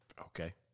Okay